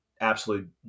absolute